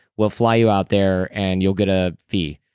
we'll fly you out there, and you'll get a fee.